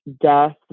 death